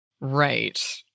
Right